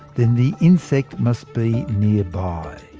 then the insect must be nearby.